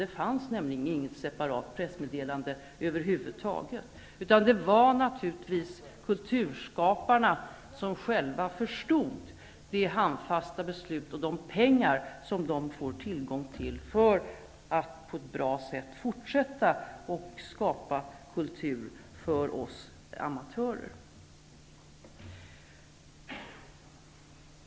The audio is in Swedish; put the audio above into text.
Det fanns nämligen inget separat pressmeddelande över huvud taget, utan det var naturligtvis kulturskaparna som själva förstod att uppskatta det handfasta beslutet och de pengar som de får tillgång till för att på ett bra sätt fortsätta att skapa kultur för oss amatörer.